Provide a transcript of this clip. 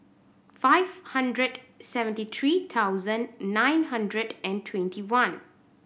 five hundred seventy three thousand nine hundred and twenty one